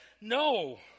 no